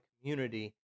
community